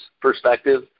perspective